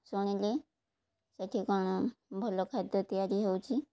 ଶୁଣିଲି ସେଠି କ'ଣ ଭଲ ଖାଦ୍ୟ ତିଆରି ହେଉଛି